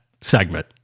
segment